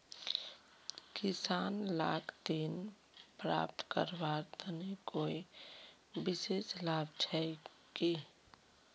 किसान लाक ऋण प्राप्त करवार तने कोई विशेष लाभ छे कि?